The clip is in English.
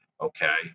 okay